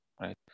right